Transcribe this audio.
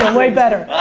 um way better.